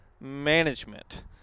management